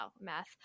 math